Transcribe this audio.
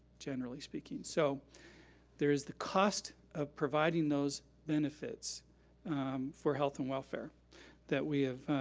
generally speaking. so there is the cost of providing those benefits for health and welfare that we have